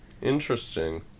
Interesting